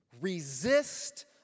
Resist